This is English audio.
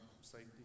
safety